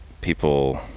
people